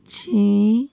ਛੇ